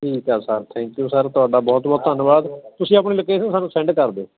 ਠੀਕ ਆ sir thank you sir ਤੁਹਾਡਾ ਬਹੁਤ ਬਹੁਤ ਧੰਨਵਾਦ ਤੁਸੀਂ ਆਪਣੀ ਲੋਕੇਸ਼ਨ ਸਾਨੂੰ ਸੈਂਡ ਕਰ ਦਿਓ